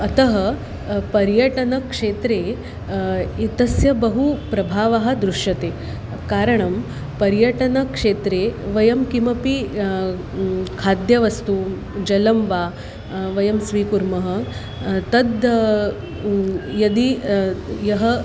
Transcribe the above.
अतः पर्यटनक्षेत्रे एतस्य बहु प्रभावः दृश्यते कारणं पर्यटनक्षेत्रे वयं किमपि खाद्यवस्तु जलं वा वयं स्वीकुर्मः तद् यदि यः